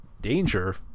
danger